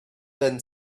then